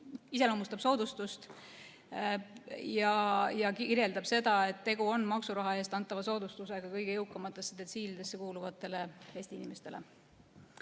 iseloomustab soodustust ja kirjeldab seda, et tegu on maksuraha eest antava soodustusega kõige jõukamatesse detsiilidesse kuuluvatele Eesti inimestele.